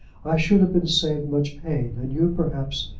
i should have been saved much pain and you, perhaps,